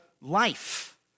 life